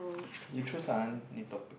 K you choose one new topic